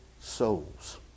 souls